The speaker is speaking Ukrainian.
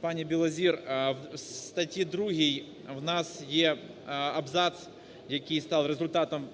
пані Білозір. В статті 2 у нас є абзац, який став результатом